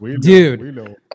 Dude